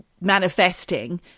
manifesting